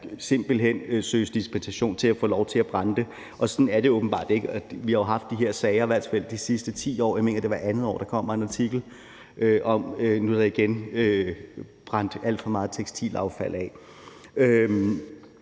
simpelt hen søges dispensation til at få lov til at brænde det. Og sådan er det åbenbart ikke. Vi har jo haft de her sager i hvert fald de sidste 10 år. Jeg mener, det var det andet år, der kom en artikel om, at der nu igen var brændt alt for meget tekstilaffald af.